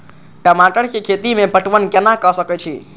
टमाटर कै खैती में पटवन कैना क सके छी?